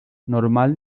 normal